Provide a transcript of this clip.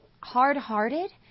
hard-hearted